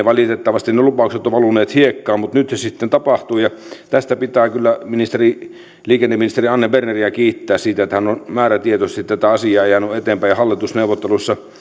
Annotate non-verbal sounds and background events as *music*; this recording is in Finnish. *unintelligible* valitettavasti ne lupaukset ovat valuneet hiekkaan mutta nyt se sitten tapahtuu tästä pitää kyllä liikenneministeri anne berneriä kiittää siitä että hän on määrätietoisesti tätä asiaa ajanut eteenpäin hallitusneuvotteluissa